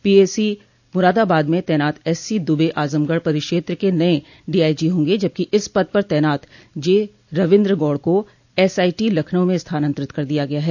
PAC Moradabad में तैनात SC Dubey Azamgarh परिक्षेत्र के नये डीआईजी होंगे जबकि इस पद पर तैनात जेरवीन्द्र गौड़ को एसआईटी लखनऊ में स्थानान्तरित कर दिया गया है